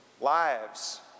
lives